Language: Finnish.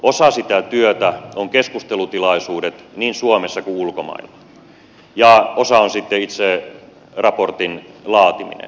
osa sitä työtä ovat keskustelutilaisuudet niin suomessa kuin ulkomailla ja osa on sitten itse raportin laatiminen